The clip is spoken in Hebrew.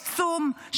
עצום,